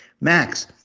Max